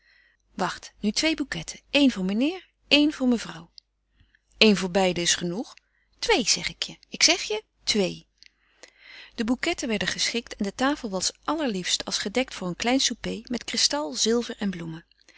wacht nu twee bouquetten éen voor meneer een voor mevrouw een voor beiden is genoeg twee zeg ik je ik zeg je twee de bouquetten werden geschikt en de tafel was allerliefst als gedekt voor een klein souper met kristal zilver en bloemen